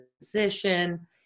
position